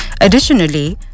Additionally